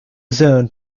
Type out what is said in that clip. zoned